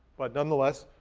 but nonetheless,